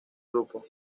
grupo